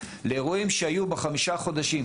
לאירועים שהיו בחמישה חודשים,